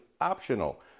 optional